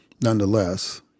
nonetheless